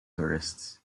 tourists